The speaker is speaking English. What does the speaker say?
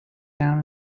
down